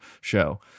show